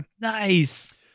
Nice